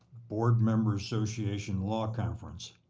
board member association law conference.